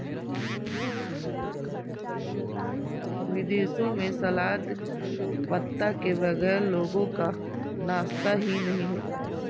विदेशों में सलाद पत्ता के बगैर लोगों का नाश्ता ही नहीं होता